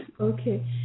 Okay